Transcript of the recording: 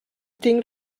tinc